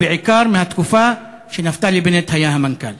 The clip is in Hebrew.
ובעיקר מהתקופה שנפתלי בנט היה המנכ"ל.